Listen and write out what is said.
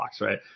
right